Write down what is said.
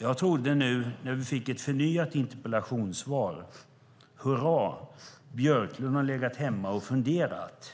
När vi fick ett förnyat interpellationssvar trodde jag: Hurra, Björklund har legat hemma och funderat.